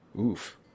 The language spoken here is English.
Oof